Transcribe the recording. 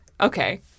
Okay